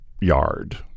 yard